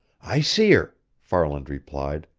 i see her, farland replied,